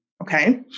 Okay